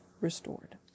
restored